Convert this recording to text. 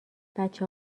بچه